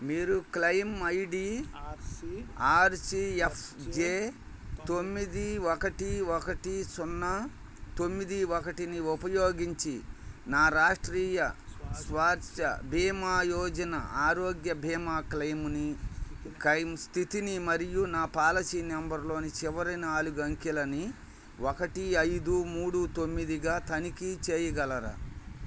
మీరు claim ID R C F J తొమ్మిది ఒకటి ఒకటి సున్నా తొమ్మిది ఒకటిని ఉపయోగించి నా రాష్ట్రీయ స్వార్స బీమా యోజన ఆరోగ్య బీమా క్లెయిమ్ని క్లెయిమ్ స్థితిని మరియు నా పాలసీ నంబర్లోని చివరి నాలుగు అంకెలని ఒకటి ఐదు మూడు తొమ్మిదిగా తనిఖీ చేయగలరా